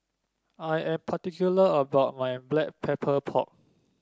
I am particular about my Black Pepper Pork